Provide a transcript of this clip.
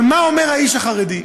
אבל מה אומר האיש החרדי?